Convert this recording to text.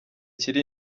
kiri